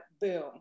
boom